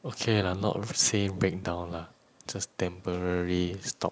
okay lah not say breakdown lah just temporary stop